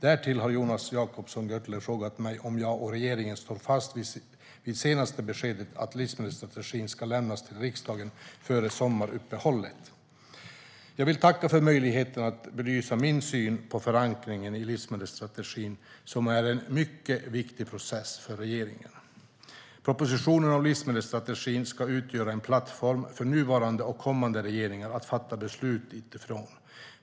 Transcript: Därtill har Jonas Jacobsson Gjörtler frågat mig om jag och regeringen står fast vid senaste beskedet att livsmedelsstrategin ska lämnas till riksdagen före sommaruppehållet. Jag vill tacka för möjligheten att belysa min syn på förankringen i livsmedelsstrategin, som är en mycket viktig process för regeringen. Propositionen om livsmedelsstrategin ska utgöra en plattform för nuvarande och kommande regeringar att fatta beslut utifrån.